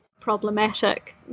problematic